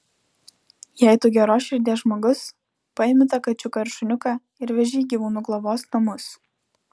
jei tu geros širdies žmogus paimi tą kačiuką ar šuniuką ir veži į gyvūnų globos namus